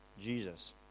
Jesus